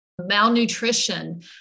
malnutrition